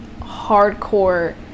hardcore